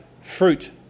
fruit